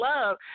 love